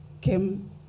came